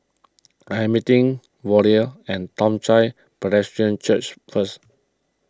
I am meeting Vollie at Toong Chai Presbyterian Church first